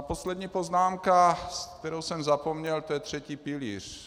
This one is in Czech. Poslední poznámka, kterou jsem zapomněl, to je třetí pilíř.